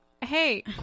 Hey